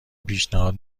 پیشنهاد